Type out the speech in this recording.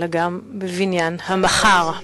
אלא גם בבניין המחר.